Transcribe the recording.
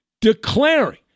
declaring